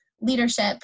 leadership